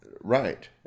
right